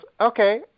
okay